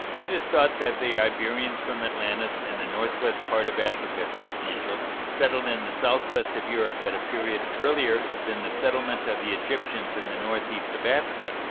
it is thought that the iberians from atlantis and the north-west part of africa, says winchell, settled in the south-west of europe at a period earlier than the settlement of the egyptians in the north-east of africa.